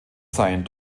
sein